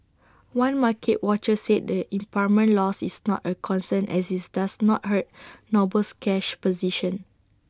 one market watcher said the impairment loss is not A concern as IT does not hurt Noble's cash position